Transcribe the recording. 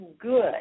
good